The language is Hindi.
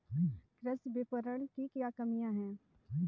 कृषि विपणन की क्या कमियाँ हैं?